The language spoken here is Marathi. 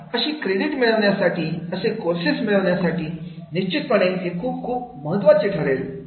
अशी क्रेडिट मिळवण्यासाठी असे कोर्सेस मिळवण्यासाठी निश्चितपणे हे खूप खूप महत्त्वाचे ठरेल